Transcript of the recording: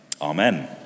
Amen